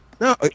No